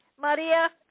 Maria